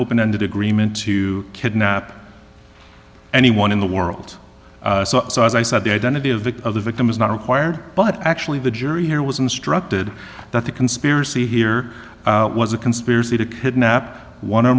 open ended agreement to kidnap anyone in the world so as i said the identity of the victim is not required but actually the jury here was instructed that the conspiracy here was a conspiracy to kidnap one or